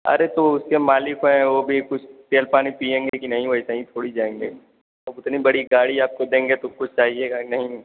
अरे तो उसके मालिक हैं वो भी कुछ तेल पानी पिएँगे कि नहीं वैसे ही थोड़ी जाएँगे अब उतनी बड़ी गाड़ी आपको देंगे तो कुछ चाहिएगा नहीं